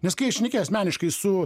nes kai šneki asmeniškai su